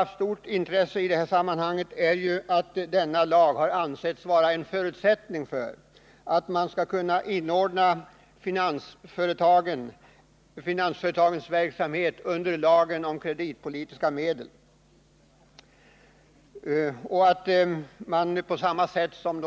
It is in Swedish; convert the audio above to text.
Av stort intresse i sammanhanget är att denna lag har ansetts vara en förutsättning för att man skall kunna inordna finansföretagens verksamhet under lagen om kreditpolitiska medel och för att man således på samma sätt som